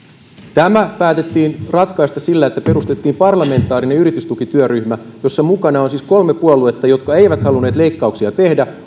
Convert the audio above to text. tämä päätettiin ratkaista sillä että perustettiin parlamentaarinen yritystukityöryhmä jossa mukana on siis kolme puoluetta jotka eivät halunneet leikkauksia tehdä